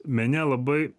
mene labai